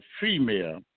female